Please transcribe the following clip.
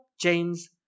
James